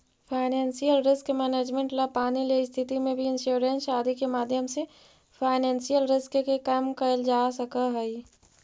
financial risk management ला पानी ले स्थिति में भी इंश्योरेंस आदि के माध्यम से फाइनेंशियल रिस्क के कम कैल जा सकऽ हई